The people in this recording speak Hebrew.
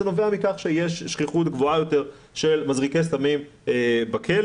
מכך שיש שכיחות גבוהה יותר של מזריקי סמים בכלא,